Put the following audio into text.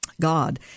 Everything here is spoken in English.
God